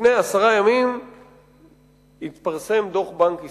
לפני עשרה ימים התפרסם דוח בנק ישראל,